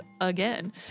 again